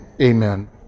amen